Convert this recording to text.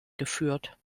geführt